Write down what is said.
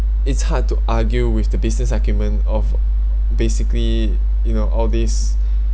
it's hard to argue with the business acumen of basically you know all these